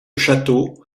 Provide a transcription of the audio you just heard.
château